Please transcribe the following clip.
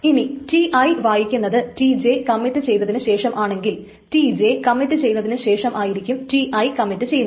ഇനി Ti വായിക്കുന്നത് Tj commit ചെയ്തതിനു ശേഷമാണെങ്കിൽ Tj കമ്മിറ്റ് ചെയ്തതിനു ശേഷമായിരിക്കും Ti കമ്മിറ്റ് ചെയ്യുന്നത്